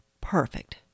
perfect